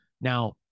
Now